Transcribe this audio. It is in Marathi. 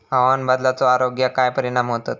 हवामान बदलाचो आरोग्याक काय परिणाम होतत?